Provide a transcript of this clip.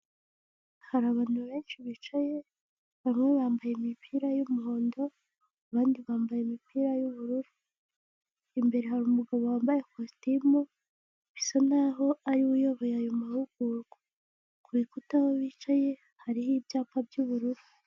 Hari abantu benshi bicaye bamwe bambaye imipira y'umuhondo abandi bambaye imipira y'ubururu, imbere hari umugabo wambaye ikositimu bisa naho ari we uyoboye ayo mahugurwa, ku rukuta aho bicaye hariho ibyapa by'ubururu.